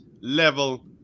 level